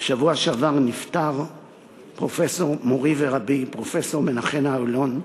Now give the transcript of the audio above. בשבוע שעבר נפטר מורי ורבי פרופסור מנחם אלון,